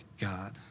God